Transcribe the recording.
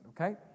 okay